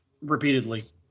repeatedly